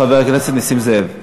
חבר הכנסת נסים זאב.